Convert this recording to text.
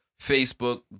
Facebook